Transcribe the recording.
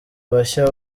bashya